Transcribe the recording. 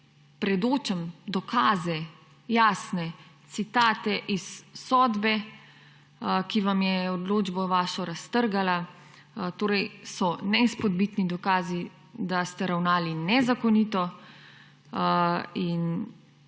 predočim dokaze, jasne, citate iz sodbe, ki vam je vašo odločbo raztrgala, torej so neizpodbitni dokazi, da ste ravnali nezakonito.